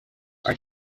are